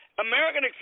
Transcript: American